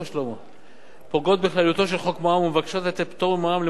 פוגעות בכלליותו של חוק מע"מ ומבקשות לתת פטור ממע"מ על מוצרים מסוימים,